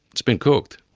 it's been cooked,